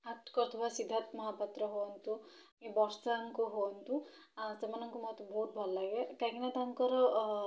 act କରୁଥିବା ସିଦ୍ଧାନ୍ତ ମହାପାତ୍ର ହୁଅନ୍ତୁ କି ବର୍ଷାଙ୍କୁ ହୁଅନ୍ତୁ ସେମାନଙ୍କୁ ମୋତେ ବହୁତ ଭଲ ଲାଗେ କାହିଁକିନା ତାଙ୍କର